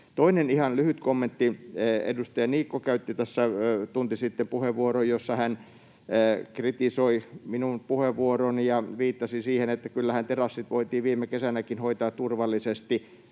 Toinen ihan lyhyt kommentti: Edustaja Niikko käytti tässä tunti sitten puheenvuoron, jossa hän kritisoi minun puheenvuoroani ja viittasi siihen, että kyllähän terassit voitiin viime kesänäkin hoitaa turvallisesti.